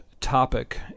topic